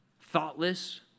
thoughtless